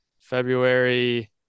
february